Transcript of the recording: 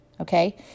Okay